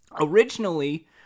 Originally